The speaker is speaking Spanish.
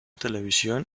televisión